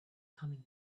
coming